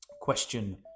Question